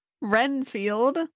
Renfield